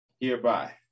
Hereby